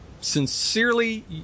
sincerely